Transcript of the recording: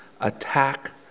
attack